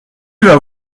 vas